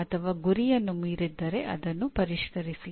ಅಥವಾ ಗುರಿಯನ್ನು ಮೀರಿದ್ದರೆ ಅದನ್ನು ಪರಿಷ್ಕರಿಸಿ